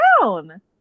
down